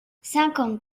cinquante